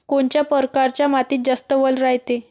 कोनच्या परकारच्या मातीत जास्त वल रायते?